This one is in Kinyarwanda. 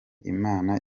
imana